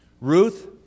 Ruth